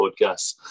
podcasts